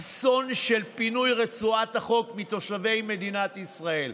אסון של פינוי רצועת החוף מתושבי מדינת ישראל,